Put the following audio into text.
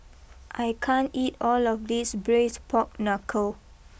I can't eat all of this Braised Pork Knuckle